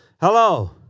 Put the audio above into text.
hello